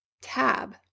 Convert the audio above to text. tab